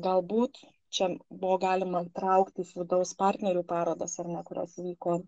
galbūt čia buvo galima trauktis vidaus partnerių parodas ar ne kurios vyko